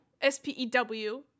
S-P-E-W